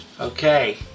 Okay